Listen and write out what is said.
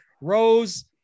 Rose